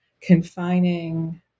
confining